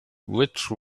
which